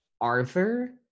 Arthur